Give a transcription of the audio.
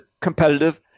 competitive